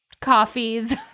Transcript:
coffees